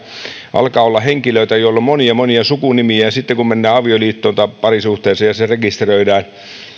alkaa olla henkilöitä joilla on monia monia sukunimiä ja ja sitten kun mennään avioliittoon tai parisuhteeseen ja se rekisteröidään niin